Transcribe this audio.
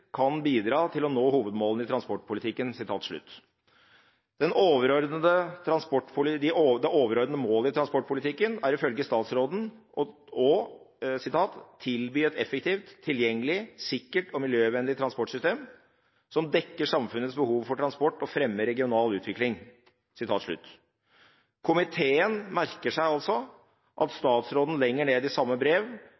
kan bidra til å nå hovedmålene i transportpolitikken.» Det overordnede målet i transportpolitikken er ifølge statsråden «å tilby et effektivt, tilgjengelig, sikkert og miljøvennlig transportsystem som dekker samfunnets behov for transport og fremmer regional utvikling». Komiteen merker seg altså at